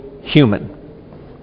human